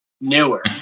Newer